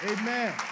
Amen